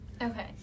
Okay